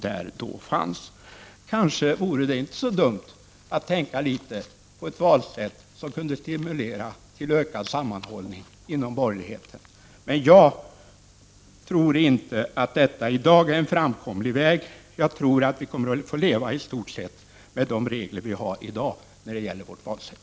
Det vore kanske inte så dumt att tänka litet på ett valsätt som kunde stimulera till ökad sammanhållning inom borgerligheten, men jag tror inte att det finns någon fram komlig väg i dag. Jag tror att vi i stort sett kommer att få leva med dagens regler när det gäller vårt valsätt.